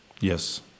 Yes